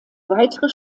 weitere